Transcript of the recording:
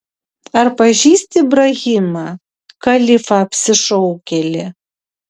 ar pažįsti ibrahimą kalifą apsišaukėlį